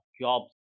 jobs